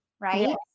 right